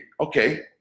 Okay